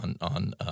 on